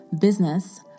business